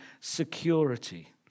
security